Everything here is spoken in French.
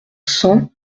cent